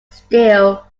steel